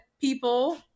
people